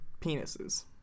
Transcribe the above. penises